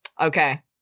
Okay